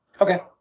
Okay